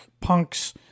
Punk's